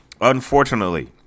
unfortunately